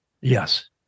Yes